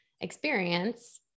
experience